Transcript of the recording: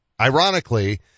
ironically